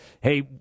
Hey